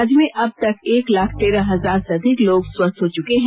राज्य में अब तक एक लाख तेरह हजार से अधिक लोग स्वस्थ हो चुके हैं